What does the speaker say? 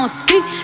speak